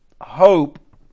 hope